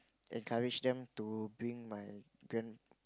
encourage them to bring my grand